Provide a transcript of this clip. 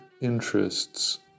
interests